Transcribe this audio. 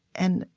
and,